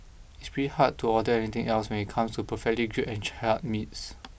it's pretty hard to order anything else when it comes to perfectly grilled and charred meats